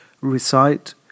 recite